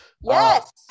Yes